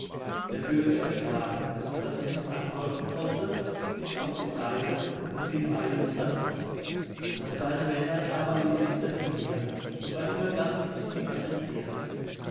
der bürger erschrak daß er nichts antworten konnte wich auf die seite und lief eilends davon das kleine männlein aber lief hinter ihm her und war immer ganz dicht ihm an den fersen